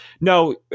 no